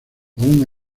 aun